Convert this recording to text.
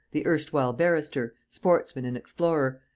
the erstwhile barrister, sportsman and explorer,